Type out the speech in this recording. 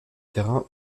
terrain